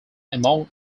among